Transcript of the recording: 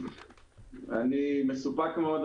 אני מסופק מאוד,